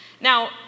Now